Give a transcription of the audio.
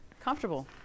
Comfortable